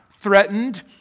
threatened